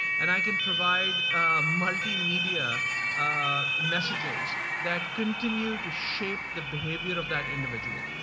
and i can provide multimedia ah messages that continue to shape the behavior of that individual.